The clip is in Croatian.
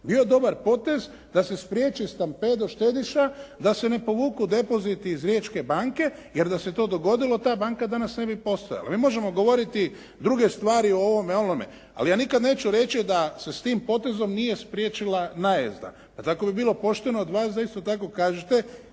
Bio je dobar potez da se spriječi stampedo štediša da se ne povuku depoziti iz Riječke banke jer da se to dogodilo ta banka danas ne bi postojala. Mi možemo govoriti druge stvari o ovome, o onome, ali ja nikad neću reći da se s tim potezom nije spriječila najezda. Pa tako bi bilo pošteno od vas da isto tako kažete